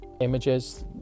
images